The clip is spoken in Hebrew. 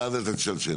ואז אתה תשאל שאלות.